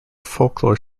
folklore